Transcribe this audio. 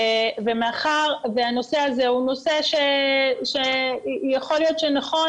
מאחר שהנושא הזה הוא נושא שיכול להיות שנכון,